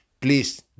Please